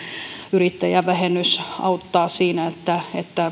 yrittäjävähennys auttaa siinä että